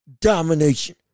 domination